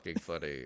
funny